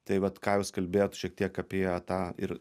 tai vat ką jūs kalbėjot šiek tiek apie tą ir